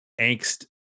angst